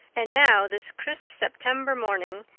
and now, this crisp september morning,